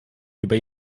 über